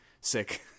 sick